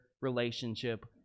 relationship